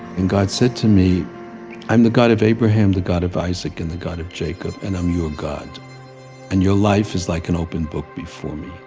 and god said to me i'm the god of abraham, the god of isaac and the god of jacob, and i'm your god and your life is like an open book before me.